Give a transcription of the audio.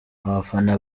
abafana